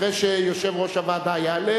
אחרי שיושב-ראש הוועדה יעלה,